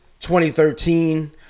2013